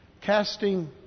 casting